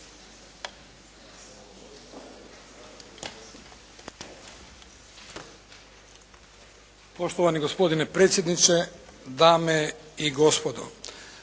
Poštovani gospodine predsjedniče, dame i gospodo.